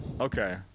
Okay